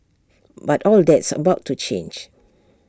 but all that's about to change